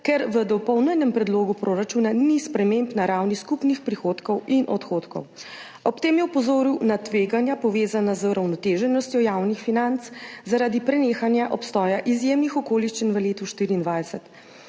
ker v dopolnjenem predlogu proračuna ni sprememb na ravni skupnih prihodkov in odhodkov. Ob tem je opozoril na tveganja, povezana z uravnoteženostjo javnih financ, zaradi prenehanja obstoja izjemnih okoliščin v letu 2024.